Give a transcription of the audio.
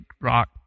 rock